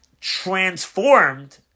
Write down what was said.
transformed